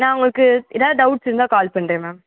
நான் உங்குளுக்கு ஏதாவது டௌட்ஸ் இருந்தால் கால் பண்ணுறேன் மேம்